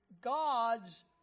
gods